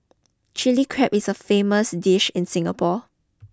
Chilli Crab is a famous dish in Singapore